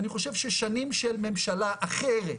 אני חושב ששנים של ממשלה אחרת,